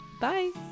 Bye